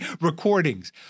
recordings